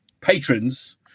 patrons